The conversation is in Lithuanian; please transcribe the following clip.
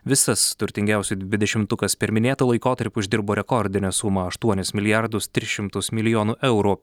visas turtingiausių dvidešimtukas per minėtą laikotarpį uždirbo rekordinę sumą aštuonis milijardus tris šimtus milijonų eurų